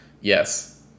yes